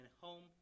home